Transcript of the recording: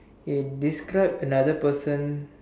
eh describe another person